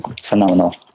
phenomenal